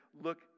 Look